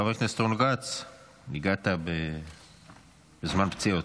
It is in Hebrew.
חבר הכנסת רון כץ, הגעת בזמן פציעות.